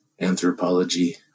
anthropology